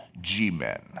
G-Men